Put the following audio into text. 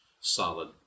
solid